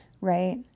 Right